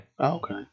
Okay